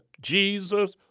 Jesus